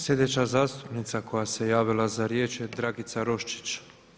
Slijedeća zastupnica koja se javila za riječ je Dragica Roščić.